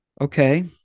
okay